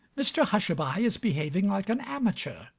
mr hushabye is behaving like an amateur.